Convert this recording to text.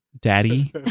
daddy